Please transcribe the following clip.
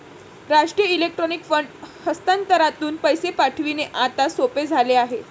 राष्ट्रीय electronic fund हस्तांतरणातून पैसे पाठविणे आता सोपे झाले आहे